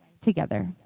together